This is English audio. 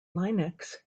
linux